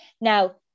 now